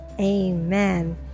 Amen